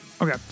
Okay